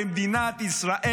במדינת ישראל,